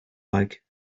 like